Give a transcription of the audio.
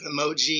emoji